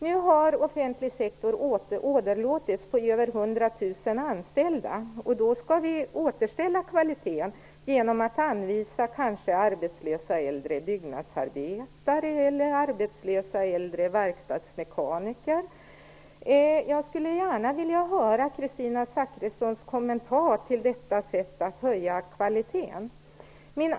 Nu har den offentliga sektorn åderlåtits på över 100 000 anställda, och då skall vi återställa kvaliteten genom att anvisa kanske arbetslösa äldre byggnadsarbetare eller arbetslösa äldre verkstadsmekaniker! Jag skulle gärna vilja höra Kristina Zakrissons kommentar till detta sätt att höja kvaliteten.